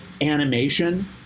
animation